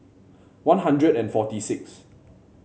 One Hundred and forty six